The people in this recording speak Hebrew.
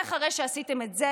אחרי שעשיתם את זה,